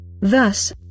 Thus